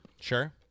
Sure